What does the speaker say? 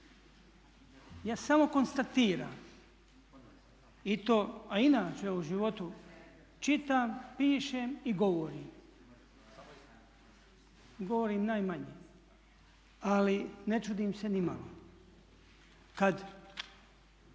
Ja samo konstatiram i to a inače ja u životu čitam, pišem i govorim. I govorim najmanje ali ne čudim se ni malo. Kada